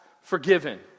forgiven